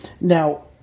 Now